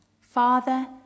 Father